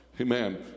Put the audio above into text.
amen